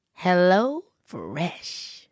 HelloFresh